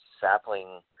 sapling